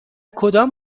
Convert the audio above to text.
کدام